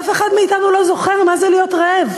ואף אחד מאתנו לא זוכר מה זה להיות רעב.